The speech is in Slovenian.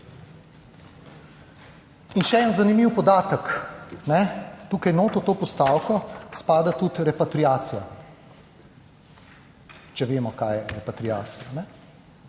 In še en zanimiv podatek, tukaj noter v to postavko spada tudi repatriacija, če vemo, kaj je repatriacija?